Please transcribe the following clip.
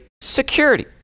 security